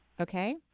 Okay